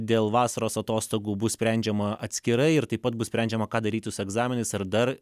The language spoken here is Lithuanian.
dėl vasaros atostogų bus sprendžiama atskirai ir taip pat bus sprendžiama ką daryti su egzaminais ar dar